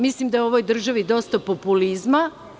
Mislim da je ovoj državi dosta populizma.